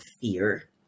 fear